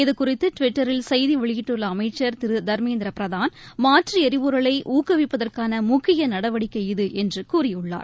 இது குறித்து டுவிட்டரில் செய்தி வெளியிட்டுள்ள அமைச்சர் திரு தர்மேந்திரபிரதான் மாற்று எரிபொருளை ஊக்குவிப்பதற்கான முக்கிய நடவடிக்கை இது என்று கூறியுள்ளார்